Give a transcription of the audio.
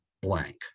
blank